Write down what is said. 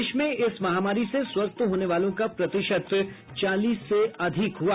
देश में इस महामारी से स्वस्थ होने वालों का प्रतिशत चालीस से अधिक हुआ